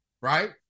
right